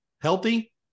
healthy